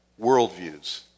worldviews